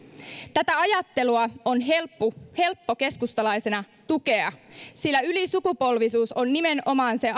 tätä ajattelua on helppo helppo keskustalaisena tukea sillä ylisukupolvisuus on nimenomaan se